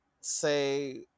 say